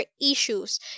issues